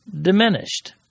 diminished